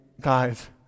guys